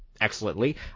excellently